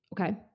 okay